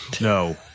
No